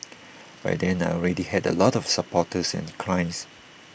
by then I already had A lot of supporters and clients